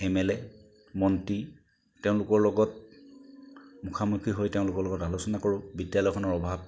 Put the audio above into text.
M L A' মন্ত্ৰী তেওঁলোকৰ লগত মুখামুখী হৈ তেওঁলোকৰ লগত আলোচনা কৰোঁ বিদ্যালয়খনৰ অভাৱ